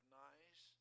nice